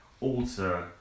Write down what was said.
alter